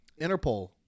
interpol